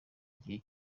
gihe